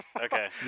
Okay